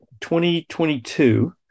2022